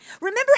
Remember